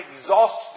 exhausted